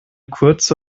kurze